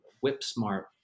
whip-smart